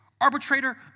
arbitrator